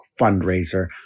fundraiser